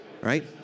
right